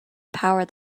power